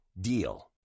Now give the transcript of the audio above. DEAL